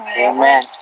Amen